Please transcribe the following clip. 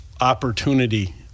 opportunity